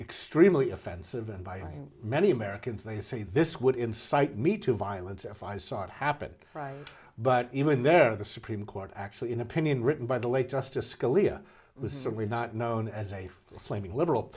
extremely offensive and by many americans they say this would incite me to violence if i saw it happen but even there the supreme court actually in opinion written by the late justice scalia was certainly not known as a flaming liberal